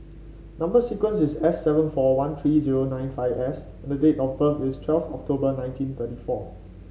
number sequence is S seven four one three zero nine five S and date of birth is twelve October nineteen thirty four